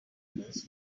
examples